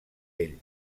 ell